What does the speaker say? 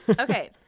Okay